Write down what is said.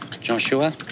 Joshua